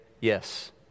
yes